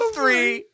three